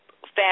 fast